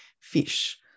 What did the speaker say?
fish